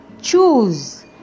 choose